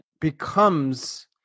becomes